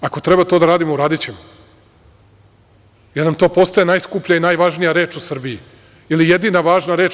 Ako treba to da radimo, uradićemo, jer nam to postaje najskuplja i najvažnija reč u Srbiji ili jedina važna reč.